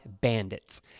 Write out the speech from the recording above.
bandits